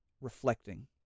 reflecting